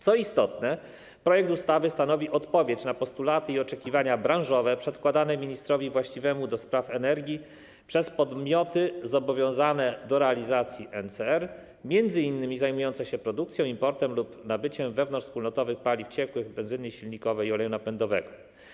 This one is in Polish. Co istotne, projekt ustawy stanowi odpowiedź na postulaty i oczekiwania branżowe przedkładane ministrowi właściwemu ds. energii przez pomioty zobowiązane do realizacji NCR, m.in. zajmujące się produkcją, importem lub nabyciem wewnątrzwspólnotowych paliw ciekłych benzyny silnikowej, oleju napędowego.